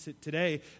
today